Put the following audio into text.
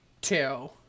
two